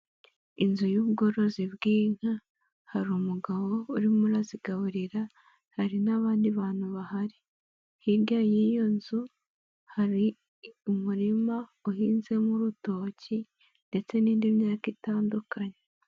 Inzu y'ubworozi bw'inka hari umugabo urimo urazigaburira hari n'abandi bantu bahari, hirya y'iyo nzu hari umurima uhinzemo urutoki, ndetse n'indi myaka itandukanye.